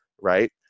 Right